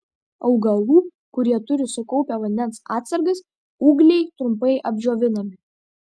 augalų kurie turi sukaupę vandens atsargas ūgliai trumpai apdžiovinami